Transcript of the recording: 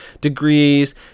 degrees